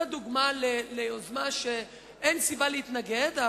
דוגמה ליוזמה שאין סיבה להתנגד לה.